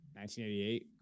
1988